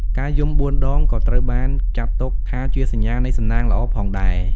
ការយំ បួនដង ក៏ត្រូវបានគេចាត់ទុកថាជាសញ្ញានៃសំណាងល្អផងដែរ។